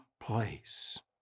place